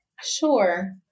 Sure